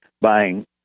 buying